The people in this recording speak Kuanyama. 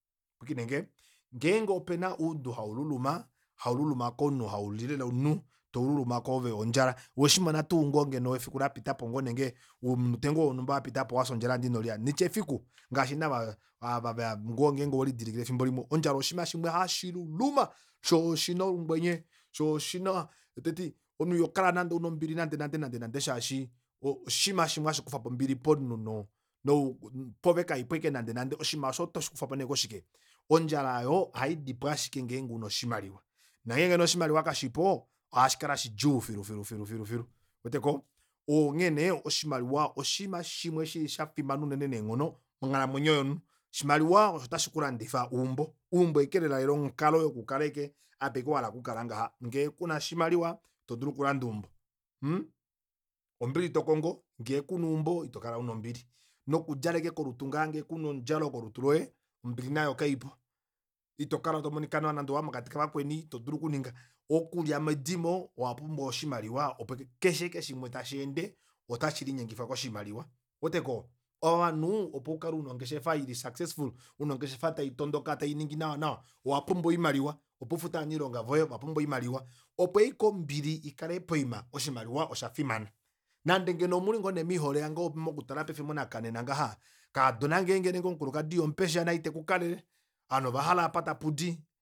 Pwiikinenge ngeenge opena oudu haululuma haululuma komunhu hauli lela omunhu taululuma kwoove ondjala oweshimona tuu ngeno efiku lapitapo nenge ouminute ngoo vonhumba vapitapo wafya ondjala ndee inolya nditye efiku ngaashi naava avangoo ngeenge oholidilike efimbo limwe ondjala oshiima shimwe hashi luluma shoo oshina olungwenye shoo oshina teti omunhu ihokala nande una ombili nande nande shaashi oshiima shimwe hashikufapo ombili pomunhu no no pwoove kaipo ashike nande nande oshiima aasho ota shikufwapo neekoshike ondjala aayo ohaidipo ashike ngeenge una oshimaliwa nongeenge nee oshimaliwa kashipo oha shikala shidjuu filu filu filu ouwetekoo oo ongheene oshimaliwa oshiima shimwe shili shafimana unene neenghono monghalamwenyo yomunhu oshimaliwa osho tashi kulandifa eumbo eumbo ashike lela lela apa ashike wahala okukala ngaha ngee kuna oshimaliwa ito dulu okulanda eumbo mhh ombili tokongo ngee kuna eumbo itokola una nombili noku djala aike kolutu ngaha ngee kuna omudjalo kolutu loye ombili nayo kaipo itokala tomonika nawa nande owaya mokati kavakweni ito dulu kuninga okulya medimo owapumbwa oshimaliwa opo aike keshe ashike shimwe tasheende ota shilinyengifwa koshimaliwa ouweteko ovanhu opo ukale una ongeshefa ili successful una ongheshefa taitondoka tainingi nawa nawa owapumbwa oimaliwa opo ufute ovanailonga voye ovapumbwa oimaliwa opo aike ombili ikalepo poima oshimaliwa oshafimana nande ngeno omuli nee moihole mokutala paife monakanena ngaha kaadona nenge omukulukadi ihomupesha naye itekukalele ovanhu ovahala apa tapudi